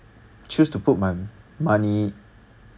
choose to put my money